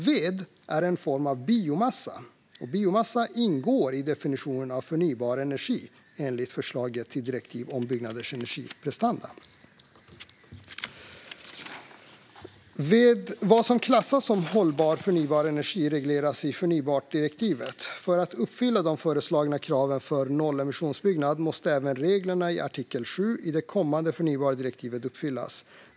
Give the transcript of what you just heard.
Ved är en form av biomassa, och biomassa ingår i definitionen av förnybar energi enligt förslaget till direktiv om byggnaders energiprestanda. Vad som klassas som hållbar förnybar energi regleras i förnybartdirektivet. För att uppfylla de föreslagna kraven för nollemissionsbyggnad måste även reglerna i artikel 7 i det kommande förnybartdirektivet uppfyllas.